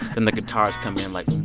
then the guitars come in like.